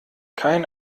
kein